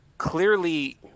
clearly